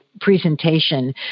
presentation